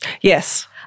Yes